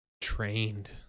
Trained